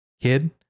Kid